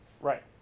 Right